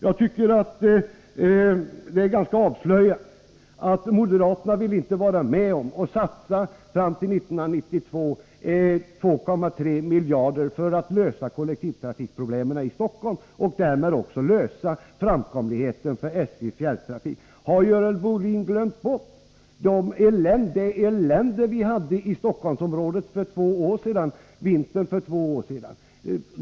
Jag tycker att det är ganska avslöjande att moderaterna inte vill vara med om att satsa 2,3 miljarder fram till 1992 för att lösa kollektivtrafiksproblemen i Stockholm och därmed också lösa framkomligheten för SJ:s fjärrtrafik. Har Görel Bohlin glömt bort det elände vi hade i Stockholmsområdet under vintern för två år sedan?